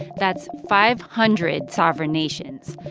that's five hundred sovereign nations.